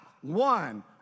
one